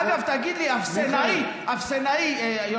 אגב, תגיד לי, אפסנאי, אפסנאי, מיכאל, מיכאל.